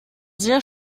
sehr